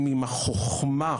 עם החוכמה,